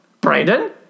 Brandon